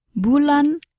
bulan